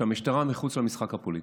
שהמשטרה מחוץ למשחק הפוליטי.